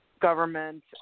government